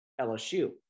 LSU